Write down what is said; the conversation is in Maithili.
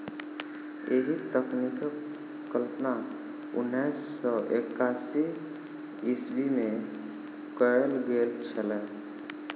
एहि तकनीकक कल्पना उन्नैस सौ एकासी ईस्वीमे कयल गेल छलै